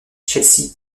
chelsea